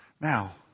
Now